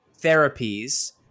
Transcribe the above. therapies